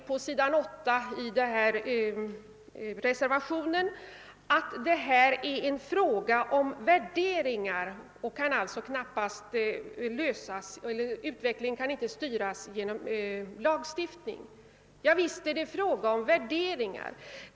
De moderata reservanterna skriver på s. 8 att detta är en fråga om värderingar och att utvecklingen inte kan styras genom lagstiftning. Ja, visst är det fråga om värderingar.